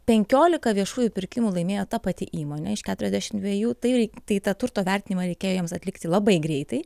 penkiolika viešųjų pirkimų laimėjo ta pati įmonė iš keturiasdešim dviejų tai rei tai tą turto vertinimą reikėjo jiems atlikti labai greitai